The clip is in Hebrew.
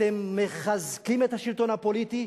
אתם מחזקים את השלטון הפוליטי,